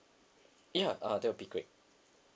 ya uh that'll be great